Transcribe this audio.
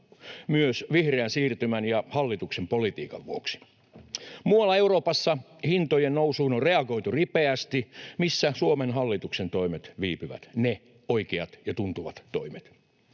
myös vihreän siirtymän ja hallituksen politiikan vuoksi. Muualla Euroopassa hintojen nousuun on reagoitu ripeästi. Missä Suomen hallituksen toimet viipyvät — ne oikeat ja tuntuvat toimet?